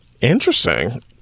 Interesting